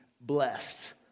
blessed